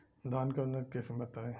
धान के उन्नत किस्म बताई?